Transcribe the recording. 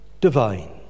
divine